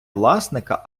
власника